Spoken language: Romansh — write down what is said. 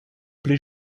pli